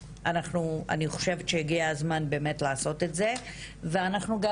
אני חושבת שהגיע הזמן לעשות את זה ואנחנו גם